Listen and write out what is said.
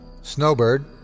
Snowbird